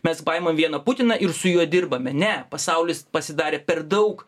mes paimam vieną putiną ir su juo dirbame ne pasaulis pasidarė per daug